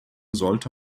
sollte